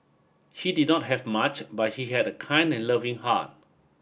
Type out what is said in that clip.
he did not have much but he had a kind and loving heart